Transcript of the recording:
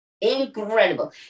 incredible